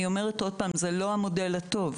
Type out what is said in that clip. אני אומרת עוד פעם, זה לא המודל הטוב.